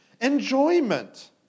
Enjoyment